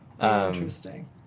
interesting